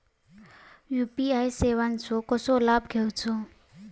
UPI सेवाचो कसो लाभ घेवचो?